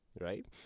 Right